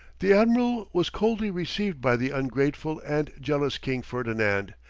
the admiral was coldly received by the ungrateful and jealous king ferdinand,